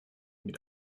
mit